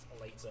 later